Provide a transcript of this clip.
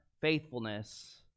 faithfulness